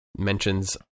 mentions